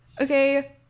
Okay